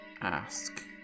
ask